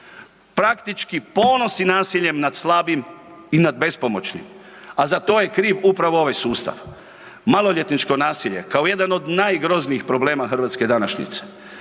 praktički ponosi nasiljem nad slabijim i nad bespomoćnim, a za to je kriv upravo ovaj sustav. Maloljetničko nasilje, kao jedan od najgroznijih problema hrvatske današnjice,